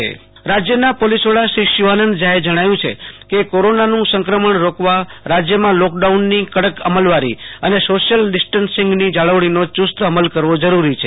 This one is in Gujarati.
આશ્તોષ અંતાણી રાજય પોલીસ વડા રાજયના પોલિસ વડા શ્રી શિવાનંદ ઝાએ જણાવ્યું છે કે કોરોનાનું સંક્રમણ રોકવા રાજયમાં લોક ડાઉનની કડક અમલવારો અને સોશ્યિલ ડીસ્ટન્સિંગ જાળવણીનો ચસો અમલ કરવો જરૂરી છે